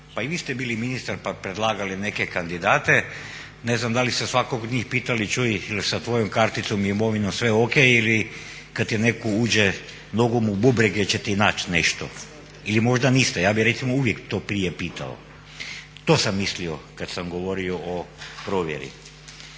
pa i vi ste bili ministar pa predlagali neke kandidate, ne znam da li ste svakog od njih pitali čuj jel' sa tvojom karticom i imovinom sve ok ili kad netko uđe nogom u bubrege će ti naći nešto? Ili možda niste? Ja bih recimo uvijek to prije pitao. To sam mislio kad sam govorio o provjeri.